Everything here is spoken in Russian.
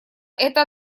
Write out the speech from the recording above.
это